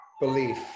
belief